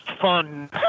fun